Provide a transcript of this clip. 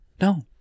no